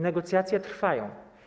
Negocjacje trwają.